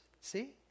see